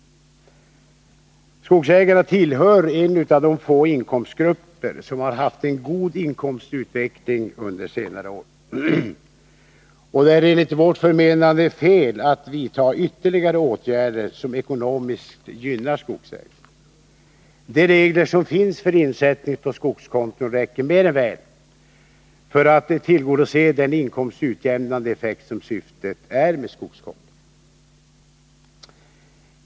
Skogsägarna tillhör de få inkomstgrupper som har haft en god inkomstutveckling under senare år. Det är enligt vårt förmenande fel att vidta ytterligare åtgärder som ekonomiskt gynnar skogsägarna. De regler som finns för insättning på skogskonton räcker mer än väl till för att åstadkomma den inkomstutjämnande effekt som är syftet med skogskontona.